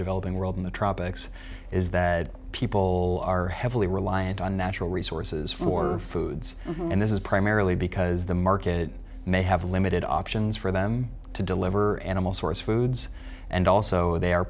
developing world in the tropics is that people are heavily reliant on natural resources for foods and this is primarily because the market may have limited options for them to deliver animal source foods and also they